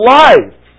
life